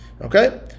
okay